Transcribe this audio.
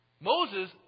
Moses